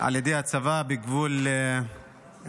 על ידי הצבא בגבול מצרים,